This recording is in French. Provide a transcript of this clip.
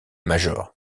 major